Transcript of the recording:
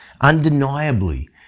Undeniably